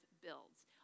builds